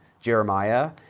Jeremiah